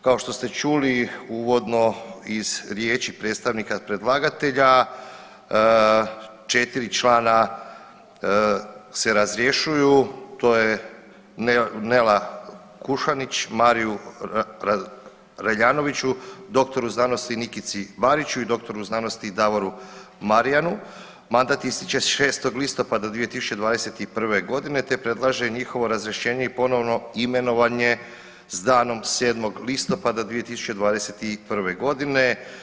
Kao što ste čuli uvodno iz riječi predstavnika predlagatelja 4 člana se razrješuju to je Nela Kušanić, Mariju Reljanoviću, dr.sc. Nikici Bariću i dr.sc. Davoru Marijanu mandat ističe 6. listopada 2021. godine te predlaže njihovo razrješenje i ponovno imenovanje s danom 7. listopada 2021. godine.